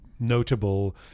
notable